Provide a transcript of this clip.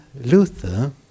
Luther